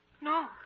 No